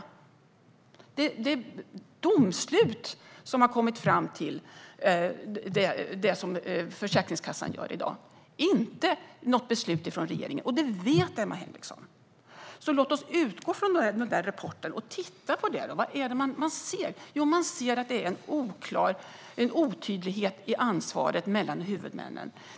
Det är ett domslut som ligger till grund för det som Försäkringskassan gör i dag, inte ett beslut från regeringen. Detta vet Emma Henriksson. Låt oss utgå från rapporten och titta på vad man ser. Jo, man ser att det är en otydlighet i ansvaret mellan huvudmännen.